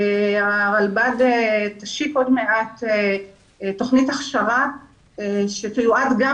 הרלב"ד תשיק עוד מעט תוכנית הכשרה שתיועד גם